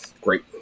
Great